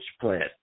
plant